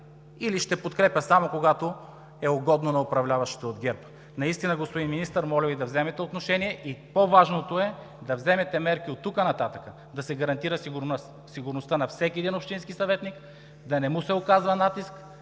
или ще подкрепя само, когато е угодно на управляващите от ГЕРБ? Наистина, господин Министър, моля Ви да вземете отношение. По-важното е да вземете мерки оттук нататък да се гарантира сигурността на всеки един общински съветник, да не му се оказва натиск